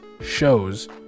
Shows